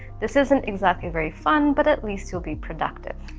this isn't exactly very fun but at least you'll be productive.